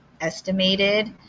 estimated